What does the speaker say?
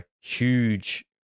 huge